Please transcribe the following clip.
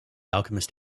alchemist